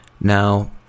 Now